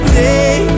day